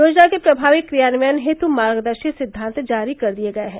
योजना के प्रमावी क्रियान्वयन हेतु मार्गदर्शी सिद्वान्त जारी कर दिये गये हैं